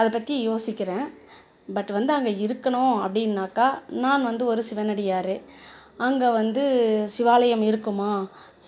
அதைப் பற்றி யோசிக்கிறேன் பட் வந்து அங்கே இருக்கணும் அப்படின்னாக்கா நான் வந்து ஒரு சிவனடியாரு அங்கே வந்து சிவாலயம் இருக்குமா